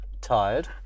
tired